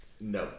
No